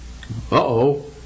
Uh-oh